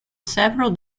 several